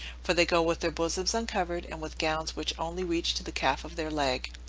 for they go with their bosoms uncovered, and with gowns which only reach to the calf of their leg,